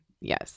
yes